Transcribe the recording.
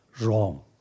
wrong